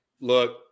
look